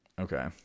Okay